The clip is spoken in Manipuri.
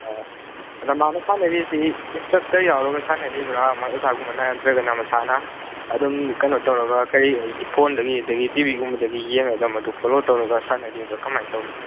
ꯑꯣ ꯑꯗ ꯃꯥꯅ ꯁꯥꯟꯅꯔꯤꯁꯤ ꯏꯟꯁꯇ꯭ꯔꯛꯇꯔ ꯌꯥꯎꯔꯒ ꯁꯥꯟꯅꯔꯤꯕ꯭ꯔꯥ ꯃꯥꯏ ꯑꯣꯖꯥꯒꯨꯝꯕꯅ ꯅꯠꯇ꯭ꯔꯒꯅ ꯃꯁꯥꯅ ꯑꯗꯨꯝ ꯀꯩꯅꯣ ꯇꯧꯔꯒ ꯀꯔꯤ ꯐꯣꯟꯗꯒꯤ ꯑꯗꯒꯤ ꯇꯤꯚꯤꯒꯨꯝꯕꯗꯒꯤ ꯌꯦꯡꯉꯒ ꯑꯗꯨ ꯐꯣꯂꯣ ꯇꯧꯔꯒ ꯁꯥꯟꯅꯔꯤꯕ꯭ꯔꯥ ꯀꯃꯥꯏꯅ ꯇꯧꯕꯅꯣ